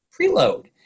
preload